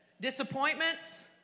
disappointments